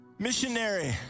Missionary